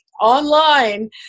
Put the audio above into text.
online